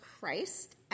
Christ